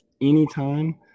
anytime